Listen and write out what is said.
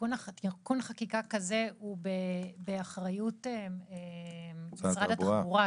תיקון חקיקה כזה הוא באחריות משרד התחבורה,